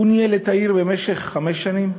ניהל את העיר במשך חמש שנים,